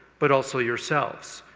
but also yourselves.